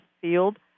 field